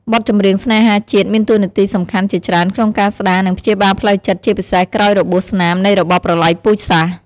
បទចម្រៀងស្នេហាជាតិមានតួនាទីសំខាន់ជាច្រើនក្នុងការស្ដារ និងព្យាបាលផ្លូវចិត្ត ជាពិសេសក្រោយរបួសស្នាមនៃរបបប្រល័យពូជសាសន៍។